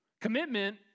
Commitment